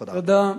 תודה.